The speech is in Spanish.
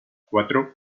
cuatro